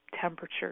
temperature